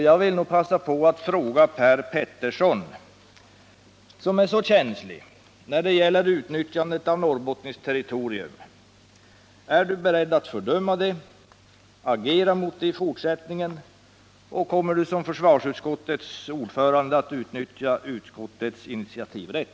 Jag vill passa på att fråga Per Petersson, som är så känslig när det gäller utnyttjandet av norrbottniskt territorium: Är Per Petersson beredd att fördöma detta och att agera mot det i fortsättningen? Kommer Per Petersson som försvarsutskottets ordförande att utnyttja utskottets initiativrätt?